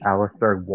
Alistair